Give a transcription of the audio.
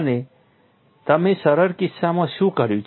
અને તમે સરળ કિસ્સામાં શું કર્યું છે